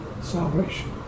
salvation